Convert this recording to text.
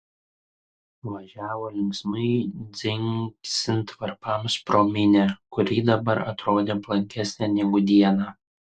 važiavo linksmai dzingsint varpams pro minią kuri dabar atrodė blankesnė negu dieną